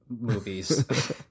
movies